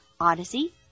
Odyssey